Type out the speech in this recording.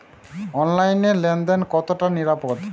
অনলাইনে লেন দেন কতটা নিরাপদ?